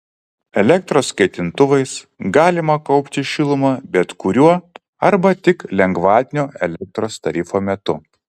elektros kaitintuvais galima kaupti šilumą bet kuriuo arba tik lengvatinio elektros tarifo metu